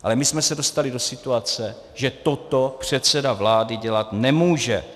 Ale my jsme se dostali do situace, že toto předseda vlády dělat nemůže.